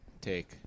take